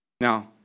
Now